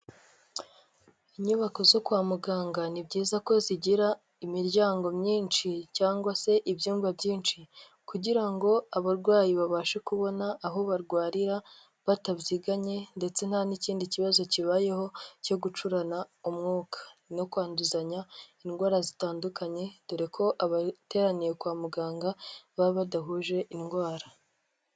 Inyubako zo kwa muganga ni byiza ko zigira imiryango myinshi cyangwa se ibyumba byinshi kugira ngo abarwayi babashe kubona aho barwarira batabyiganye ndetse nta n'ikindi kibazo kibayeho cyo gucurana umwuka, no kwanduzanya indwara zitandukanye dore ko abateraniye kwa muganga baba badahuje indwara.